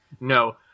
no